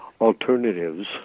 alternatives